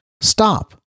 stop